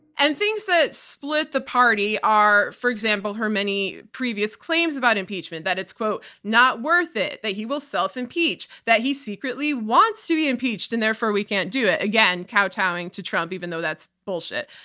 and things that split the party are, for example, her many previous claims about impeachment that it's not worth it, that he will self-impeach, that he secretly wants to be impeached and therefore we can't do it, again, kowtowing to trump even though that's bullshit.